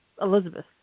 Elizabeth